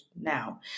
now